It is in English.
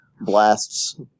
blasts